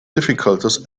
difficulties